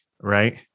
right